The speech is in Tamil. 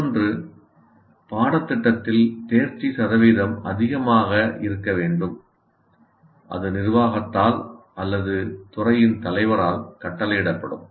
மற்றொன்று பாடத்திட்டத்தில் தேர்ச்சி சதவீதம் அதிகமாக இருக்க வேண்டும் அது நிர்வாகத்தால் அல்லது துறையின் தலைவரால் கட்டளையிடப்படும்